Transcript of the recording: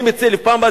אני מציע שבפעם הבאה,